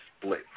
split